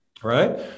right